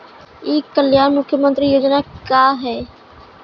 ई कल्याण मुख्य्मंत्री योजना का है?